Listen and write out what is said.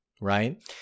Right